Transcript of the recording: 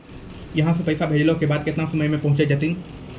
यहां सा पैसा भेजलो के बाद केतना समय मे पहुंच जैतीन?